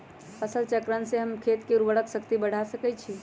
फसल चक्रण से हम खेत के उर्वरक शक्ति बढ़ा सकैछि?